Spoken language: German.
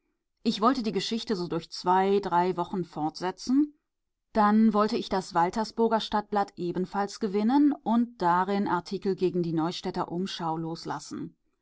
ich wollte die geschichte so durch zwei drei wochen fortsetzen dann wollte ich das waltersburger stadtblatt ebenfalls gewinnen und darin artikel gegen die neustädter umschau loslassen